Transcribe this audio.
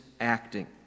acting